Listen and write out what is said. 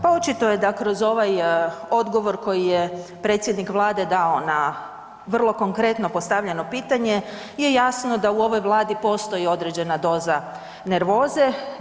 Pa očito je da kroz ovaj odgovor koji je predsjednik vlade dao na vrlo konkretno postavljeno pitanje je jasno da u ovoj vladi postoji određena doza nervoze.